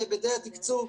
להיבטי התקצוב.